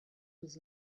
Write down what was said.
was